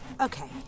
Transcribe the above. Okay